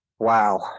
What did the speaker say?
Wow